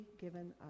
given